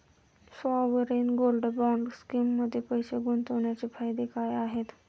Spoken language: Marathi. सॉवरेन गोल्ड बॉण्ड स्कीममध्ये पैसे गुंतवण्याचे फायदे काय आहेत?